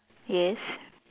yes